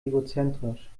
egozentrisch